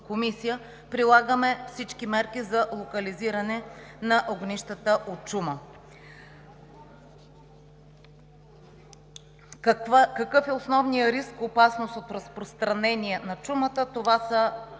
прилагаме всички мерки за локализиране на огнищата от чума.“ Какъв е основният риск и опасност от разпространение на чумата? Това са